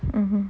mmhmm